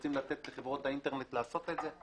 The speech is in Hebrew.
רוצים לתת לחברות האינטרנט לעשות את זה.